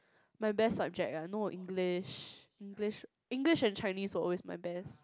my best subject ah no English English and Chinese were always my best